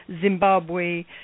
Zimbabwe